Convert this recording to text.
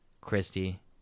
Christy